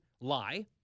lie